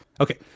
Okay